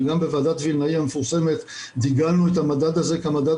וגם בוועדת וילנאי המפורסמת דירגנו את המדד הזה כמדד